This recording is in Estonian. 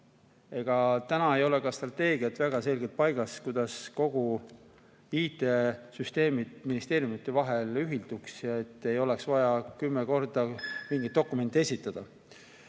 Ega täna ei ole ka strateegiad väga selgelt paigas, kuidas IT‑süsteemid ministeeriumide vahel ühilduks, nii et ei oleks vaja kümme korda mingeid dokumente esitada.